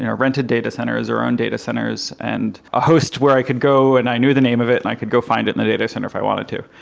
and rented data centers, our own data centers and a host where i could go and i knew the name of it and i could go find it in the data center if i wanted to.